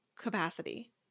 capacity